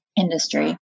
industry